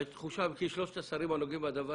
כי שלושת השרים הנוגעים בדבר,